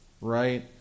right